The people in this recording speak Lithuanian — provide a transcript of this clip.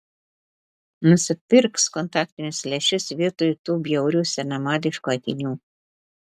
nusipirks kontaktinius lęšius vietoj tų bjaurių senamadiškų akinių